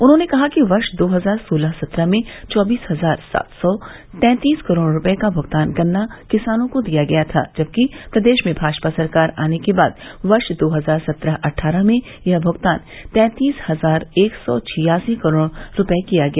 उन्होंने कहा कि वर्ष दो हजार सोलह सत्रह में चौबीस हजार सात सौ तैतीस करोड़ रूपये का भ्गतान गन्ना किसानों को किया गया था जबकि प्रदेश में भाजपा सरकार आने के बाद वर्ष दो हजार सत्रह अट्ठारह में यह भ्गतान तैतीस हजार एक सौ छियासी करोड़ रूपये किया गया